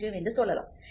0 என்று சொல்லலாம்